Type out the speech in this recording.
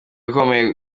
ikomeye